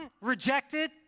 rejected